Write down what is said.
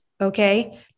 Okay